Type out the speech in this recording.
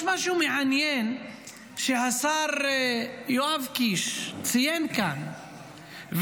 יש משהו מעניין שהשר יואב קיש ציין כאן,